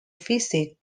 physics